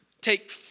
Take